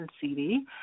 CD